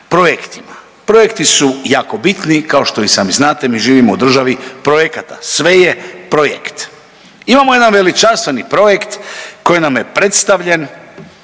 projektima, projekti su jako bitni kao što i sami znate mi živimo u državi projekata, sve je projekt. Imamo jedan veličanstveni projekt koji nam je predstavljen